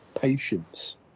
patience